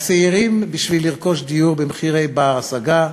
לצעירים בשביל לרכוש דיור במחיר בר-השגה,